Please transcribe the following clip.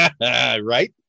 right